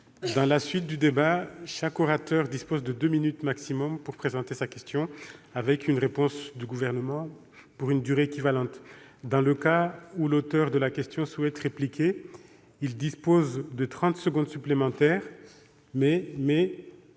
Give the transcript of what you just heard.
Je rappelle que chaque orateur dispose de deux minutes maximum pour présenter sa question, suivie d'une réponse du Gouvernement pour une durée équivalente. Dans le cas où l'auteur de la question souhaite répliquer, il dispose de trente secondes supplémentaires, à